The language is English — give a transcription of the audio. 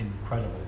incredible